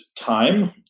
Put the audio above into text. time